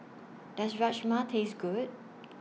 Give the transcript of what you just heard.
Does Rajma Taste Good